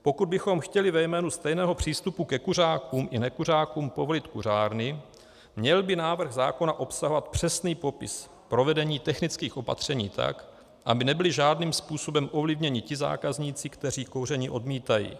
Pokud bychom chtěli ve jménu stejného přístupu ke kuřákům i nekuřákům povolit kuřárny, měl by návrh zákona obsahovat přesný popis provedení technických opatření tak, aby nebyly žádným způsobem ovlivněni ti zákazníci, kteří kouření odmítají.